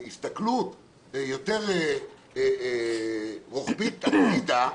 הסתכלות יותר רוחבית הצידה,